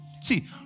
See